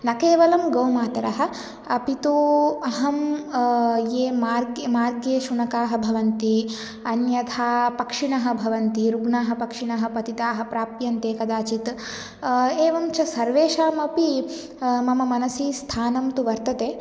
न केवलं गोमातरः अपि तु अहं ये मार्गे मार्गे शुनकाः भवन्ति अन्यथा पक्षिणः भवन्ति रुग्णाः पक्षिणः पतिताः प्राप्यन्ते कदाचित् एवं च सर्वेषामपि मम मनसि स्थानं तु वर्तते